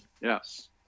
Yes